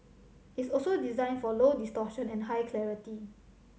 it's also designed for low distortion and high clarity